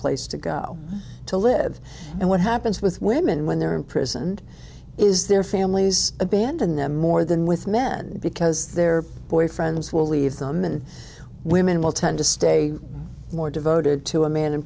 place to go to live and what happens with women when they are imprisoned is their families abandon them more than with men because their boyfriends will leave them and women will tend to stay more devoted to a man in